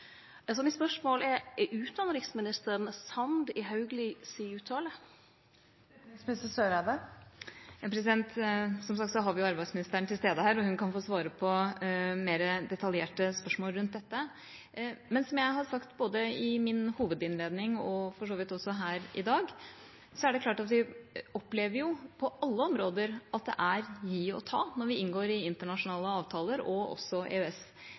Mitt spørsmål er: Er utanriksministeren samd i Hauglies uttale? Som sagt har vi arbeidsministeren til stede her, og hun kan få svare på mer detaljerte spørsmål rundt dette. Men som jeg har sagt både i min hovedinnledning og for så vidt også her i dag, er det klart at vi opplever på alle områder at det er å gi og ta når vi inngår i internasjonale avtaler – også EØS.